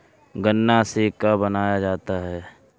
गान्ना से का बनाया जाता है?